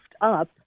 up